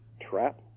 trap